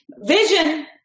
Vision